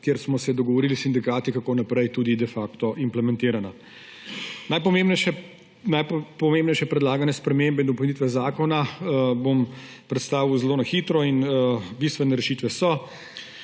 kjer smo se dogovorili s sindikati, kako naprej, tudi de facto implementirana. Najpomembnejše predlagane spremembe in dopolnitve zakona bom predstavil zelo na hitro in bistvene rešitve so